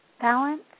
balance